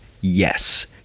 yes